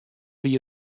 wie